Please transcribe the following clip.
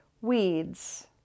weeds